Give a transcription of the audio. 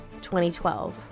2012